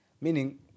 Meaning